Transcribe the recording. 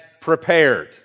prepared